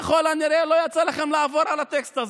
ככל הנראה לא יצא לכם לעבור על הטקסט הזה,